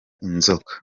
inzoka